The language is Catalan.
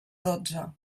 dotze